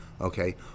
Okay